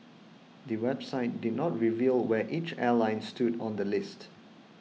the website did not reveal where each airline stood on the list